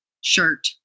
shirt